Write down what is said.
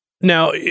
Now